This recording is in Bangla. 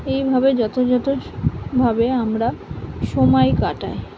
এইভাবে যথাযথ ভাবে আমরা সময় কাটাই